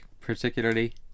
particularly